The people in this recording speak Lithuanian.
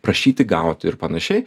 prašyti gauti ir panašiai